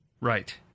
Right